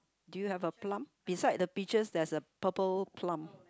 do you have a plum beside the peaches there is a purple plum